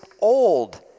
old